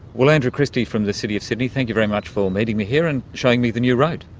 well, andrew christie from the city of sydney, thank you very much for meeting me here and showing me the new road.